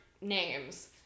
names